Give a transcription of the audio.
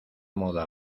moda